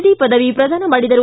D ಪದವಿ ಪ್ರದಾನ ಮಾಡಿದರು